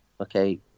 okay